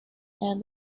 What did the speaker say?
and